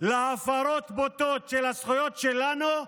להפרות בוטות של הזכויות שלנו,